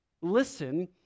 Listen